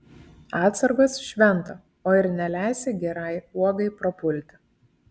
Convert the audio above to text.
atsargos šventa o ir neleisi gerai uogai prapulti